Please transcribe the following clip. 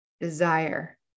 desire